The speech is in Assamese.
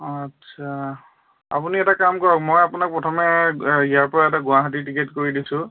আচ্ছা আপুনি এটা কাম কৰক মই আপোনাক প্ৰথমে ইয়াৰ পৰা এটা গুৱাহাটী টিকেট কৰি দিছোঁ